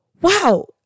wow